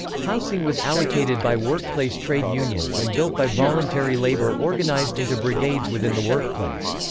housing was allocated by workplace trade unions and built by voluntary labor organised into brigades within the workplace.